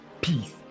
peace